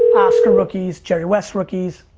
oscar rookies, jerry west rookies,